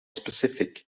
specific